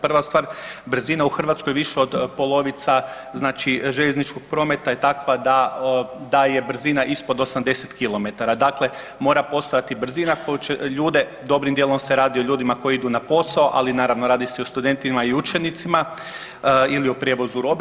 Prva stvar brzina u Hrvatskoj više od polovica znači željezničkog prometa je takva da je brzina ispod 80 km, dakle mora postojati brzina koja će ljude dobrim dijelom se radi o ljudima koji idu na posao, ali naravno radi se i o studentima i učenicima ili o prijevozu robe.